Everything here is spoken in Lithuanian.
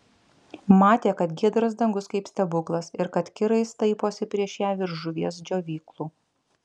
matė kad giedras dangus kaip stebuklas ir kad kirai staiposi prieš ją virš žuvies džiovyklų